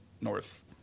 north